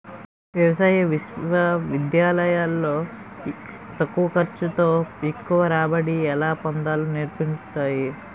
వ్యవసాయ విశ్వవిద్యాలయాలు లో తక్కువ ఖర్చు తో ఎక్కువ రాబడి ఎలా పొందాలో నేర్పుతారు